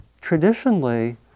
Traditionally